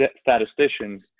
statisticians